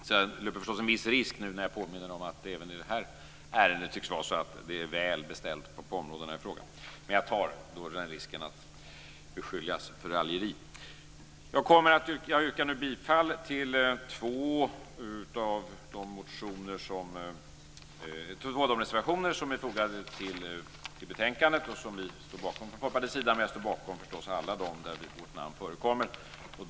Jag löper förstås en viss risk när jag nu påminner om att det även i det här ärendet tycks vara så att det är väl beställt på områdena i fråga men jag tar risken att bli beskylld för att raljera. Jag yrkar bifall till två av de reservationer som finns fogade till betänkandet och som vi i Folkpartiet står bakom - dock står jag förstås bakom alla reservationer som vi i Folkpartiet har undertecknat.